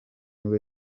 nibwo